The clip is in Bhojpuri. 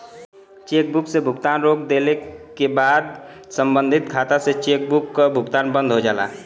चेकबुक से भुगतान रोक देले क बाद सम्बंधित खाता से चेकबुक क भुगतान बंद हो जाला